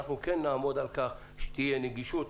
אנחנו כן נעמוד על כך שתהיה נגישות